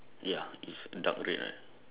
ya it's dark red right